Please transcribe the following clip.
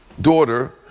daughter